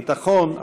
הביטחון,